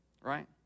right